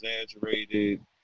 exaggerated